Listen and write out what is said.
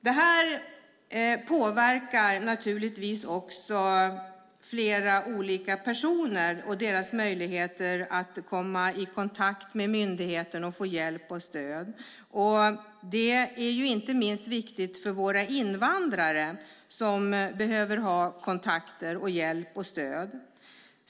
Detta påverkar naturligtvis också människor och deras möjligheter att komma i kontakt med myndigheten och få hjälp och stöd. Det är inte minst viktigt för våra invandrare, som behöver ha kontakter, hjälp och stöd.